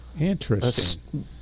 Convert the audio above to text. Interesting